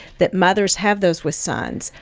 that mothers have those with sons,